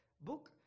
book